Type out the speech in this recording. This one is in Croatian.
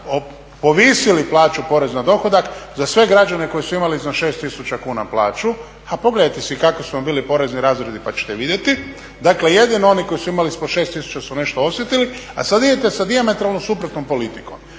povisili plaću poreza na dohodak za sve građane koji su imali iznad 6 tisuća kuna plaću, a pogledajte si kakvi su vam bili porezni razredi pa ćete vidjeti. Dakle, jedino oni koji su imali ispod 6 tisuća su nešto osjetili, a sad idete sa … suprotnom politikom.